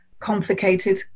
complicated